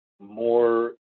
more